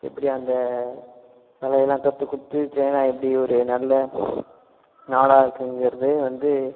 எப்படி அந்த கலையெல்லாம் கற்றுக் கொடுத்து சைனா எப்படி ஒரு நல்ல நாடாக இருக்குங்கிறத வந்து